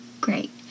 great